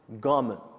garment